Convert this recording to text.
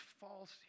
false